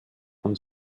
und